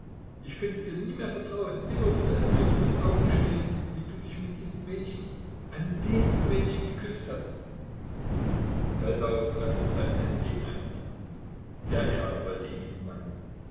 ich könnte dir nie mehr vertrauen immer würde es mir vor den augen stehen wie du dich mit diesem mädchen einem dienstmädchen geküßt hast feldau preßte seine hände gegeneinander der ärger wollte ihn übermannen